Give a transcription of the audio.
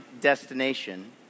destination